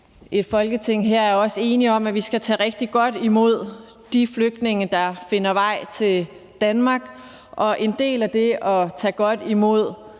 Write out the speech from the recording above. Folketinget er vi også enige om, at vi skal tage rigtig godt imod de flygtninge, der finder vej til Danmark. Og en del af det at tage godt imod